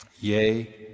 Yea